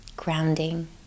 grounding